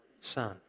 Son